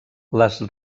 les